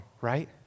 right